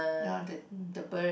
ya the the bird